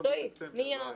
משרד הביטחון, המל"ל או רח"ל?